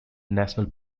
national